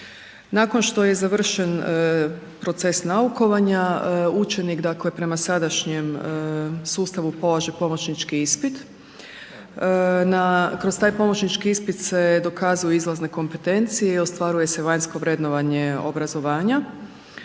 Nakon što je završen proces naukovanja, učenik dakle prema sadašnjem sustavu polaže pomočnićki ispit, kroz taj pomočnićki ispit se dokazuju izlazne kompetencije i ostvaruje se vanjsko vrednovanje obrazovanja